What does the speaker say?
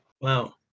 wow